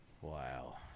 Wow